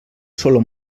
solo